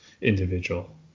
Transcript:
individual